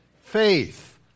Faith